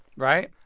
right?